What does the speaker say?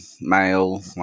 male